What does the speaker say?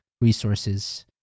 resources